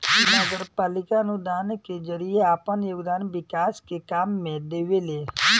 नगरपालिका अनुदान के जरिए आपन योगदान विकास के काम में देवेले